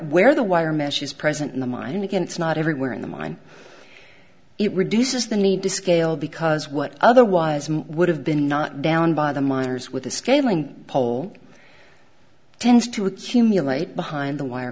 where the wire mesh is present in the mine again it's not everywhere in the mine it reduces the need to scale because what otherwise would have been not down by the miners with the scaling pole tends to accumulate behind the wire